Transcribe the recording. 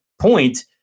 point